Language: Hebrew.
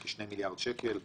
כשני מיליארד שקל.